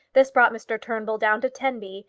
this brought mr. turnbull down to tenby,